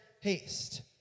haste